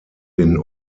den